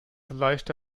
leichte